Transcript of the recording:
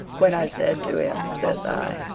when i said to him, says i,